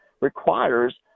requires